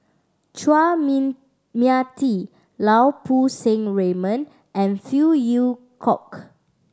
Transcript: Chua Mia Tee Lau Poo Seng Raymond and Phey Yew Kok